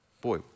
Boy